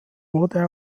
wurde